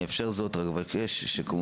אני מבקש תחילה